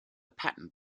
patent